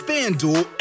FanDuel